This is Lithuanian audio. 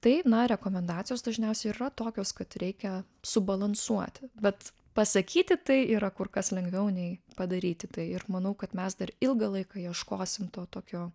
tai na rekomendacijos dažniausiai ir yra tokios kad reikia subalansuoti bet pasakyti tai yra kur kas lengviau nei padaryti tai ir manau kad mes dar ilgą laiką ieškosim to tokio